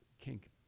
kink